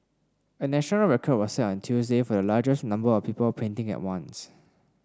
a national record was set on Tuesday for the largest number of people painting at once